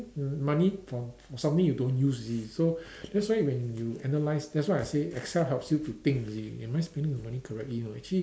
money for for something you don't use you see so that's why when you analyse that's why I say Excel helps you to think you see am I spending the money correctly or actually